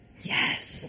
Yes